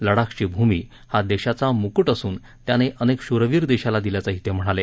लडाखची भूमी हा देशाचा मुकूट असून त्याने अनेक शूरवीर देशाला दिल्याचंही ते म्हणाले